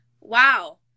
Wow